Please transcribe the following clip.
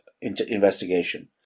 investigation